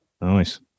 Nice